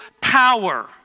power